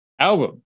album